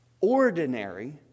ordinary